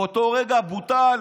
באותו רגע בוטל,